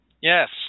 Yes